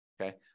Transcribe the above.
okay